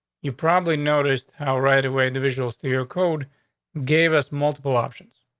you probably noticed how right away individuals to your code gave us multiple options.